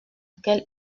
quel